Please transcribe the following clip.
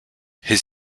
his